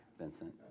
Vincent